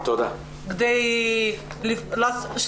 אנחנו